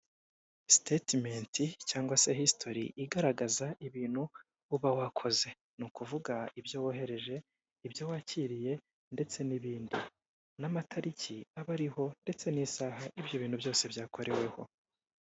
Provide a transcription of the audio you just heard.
Sititementi cyangwa se hisitori igaragaza ibintu uba wakoze. Ni ukuvuga ibyo wohereje, ibyo wakiriye ndetse n'ibindi n'amatariki aba ariho, ndetse n'isaha ibyo bintu byose byakoreweho.